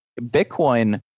Bitcoin